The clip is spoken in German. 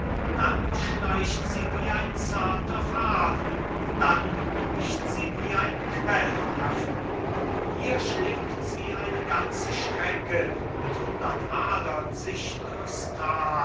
dann schleicht sie wie ein zarter faden dann bricht sie wie ein quell hervor hier schlingt sie eine ganze strecke mit hundert adern sich durchs thal